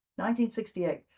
1968